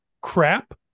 crap